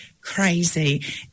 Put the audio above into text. crazy